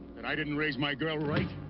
that i didn't raise my girl right?